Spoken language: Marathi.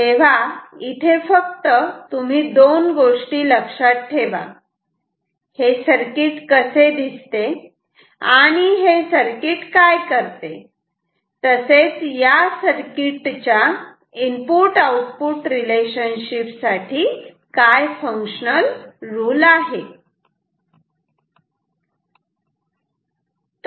तेव्हा इथे फक्त तुम्ही दोन गोष्टी लक्षात ठेवा हे सर्किट कसे दिसते आणि हे सर्किट काय करते तसेच या सर्किट च्या इनपुट आउटपुट रिलेशनशिप साठी काय फंक्शनल रुल आहे